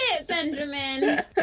Benjamin